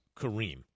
Kareem